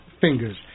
Fingers